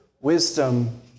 wisdom